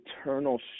eternal